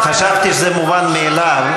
חשבתי שזה מובן מאליו,